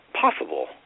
possible